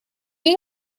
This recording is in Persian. این